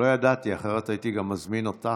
לא ידעתי, אחרת גם הייתי מזמין אותך.